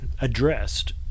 addressed